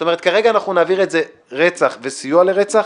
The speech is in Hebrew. כרגע נעביר רצח וסיוע לרצח,